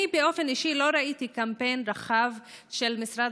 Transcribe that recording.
אני באופן אישי לא ראיתי קמפיין רחב של משרד